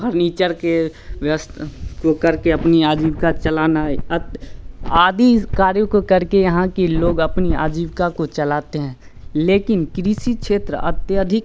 furniture के व्यस्त को कर के अपनी आजीविका चलाना अत आदि कार्यों को करके यहाँ के लोग अपनी आजीविका को चलाते हैं लेकिन कृषि क्षेत्र अत्यधिक